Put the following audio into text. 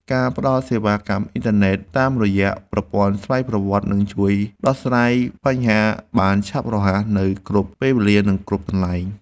ការផ្តល់សេវាកម្មអតិថិជនតាមរយៈប្រព័ន្ធស្វ័យប្រវត្តិនឹងជួយដោះស្រាយបញ្ហាបានឆាប់រហ័សនៅគ្រប់ពេលវេលានិងគ្រប់កន្លែង។